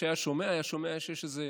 שהיה שומע, היה שומע שיש איזה